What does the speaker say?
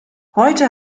heute